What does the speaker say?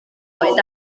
oed